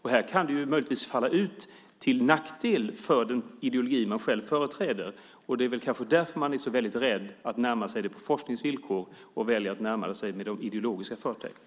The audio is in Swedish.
Här kan det möjligtvis falla ut till nackdel för den ideologi man själv företräder, och det kanske är därför man är så väldigt rädd att närma sig det på forskningens villkor och väljer att närma sig det med ideologiska förtecken.